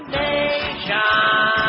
nation